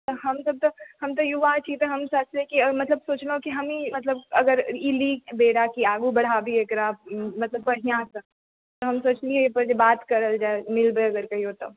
हमसभ तऽ हम तऽ युवा छी तऽ हम सोचलहुँ कि मतलब सोचलहुँ कि हमही मतलब अगर ई ली बीड़ा की आगूँ बढ़ाबी एकरा मतलब बढ़िआँसंँ तऽ हम सोचलियै एहि पर जे बात करल जाय मिलबै अगर कहिओ तऽ